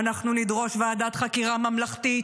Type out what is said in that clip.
ואנחנו נדרוש ועדת חקירה ממלכתית,